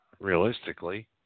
realistically